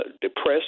depressed